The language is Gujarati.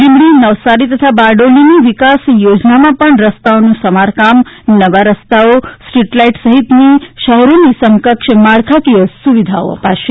લીંબડી નવસારી તથા બારડોલીની વિકાસ યોજનામાં પણ રસ્તાઓનું સમારકામ નવા રસ્તાઓ સ્ટ્રીટલાઈટ સહિતની શહેરોની સમકક્ષ માળખાકીય સુવિધાઓ અપાશે